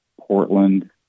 Portland